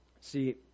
See